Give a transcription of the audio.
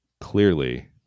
clearly